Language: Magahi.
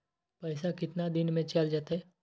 पैसा कितना दिन में चल जतई?